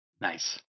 Nice